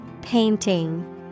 Painting